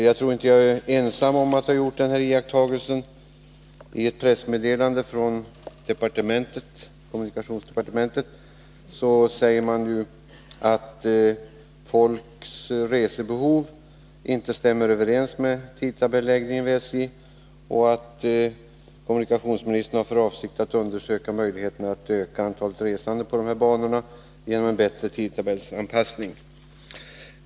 Jag tror inte att jag är ensam om att ha gjort den iakttagelsen. I ett pressmeddelande från kommunikationsdepartementet säger man att människors resebehov inte stämmer överens med SJ:s tidtabellsläggning och att kommunikationsministern har för avsikt att undersöka möjligheterna att öka antalet resande på de här banorna genom en bättre tidtabellsanpassning.